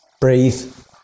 breathe